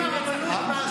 מתן כהנא,